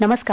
नमस्कार